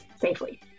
safely